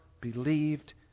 believed